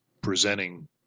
presenting